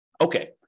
Okay